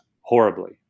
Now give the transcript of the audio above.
horribly